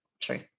True